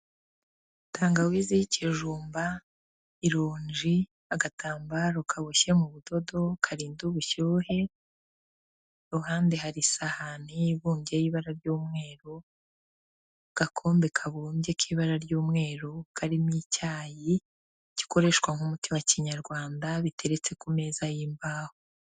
Tangawizi y'ikijumba, ironji, agatambaro kaboshye mu budodo karinda ubushyuhe ku ruhande hari isahani ibumbye y'ibara ry'umweru, agakombe kabumbye k'ibara ry'umweru karimo icyayi gikoreshwa nk'umuti wa kinyarwanda biteretse ku meza y'imbaho.